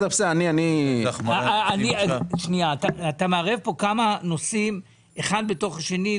אתה מערב פה כמה נושאים אחד בתוך השני,